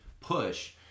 push